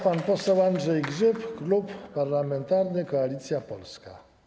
Pan poseł Andrzej Grzyb, Klub Parlamentarny Koalicja Polska.